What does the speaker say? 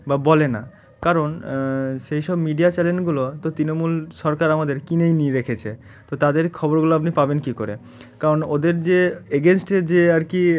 বা বলে না কারণ সেই সব মিডিয়া চ্যানেলগুলো তো তৃণমূল সরকার আমাদের কিনেই নিয়ে রেখেছে তো তাদের খবরগুলো আপনি পাবেন কী করে কারণ ওদের যে এগেইনস্টে যে আর কি